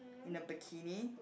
in a bikini